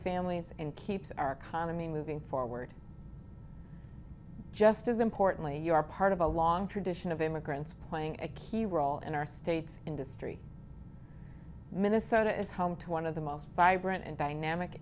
families and keep our economy moving forward just as importantly you are part of a long tradition of immigrants playing a key role in our state's industry minnesota is home to one of the most vibrant and dynamic